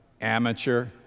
amateur